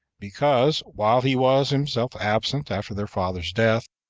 because, while he was himself absent after their father's death,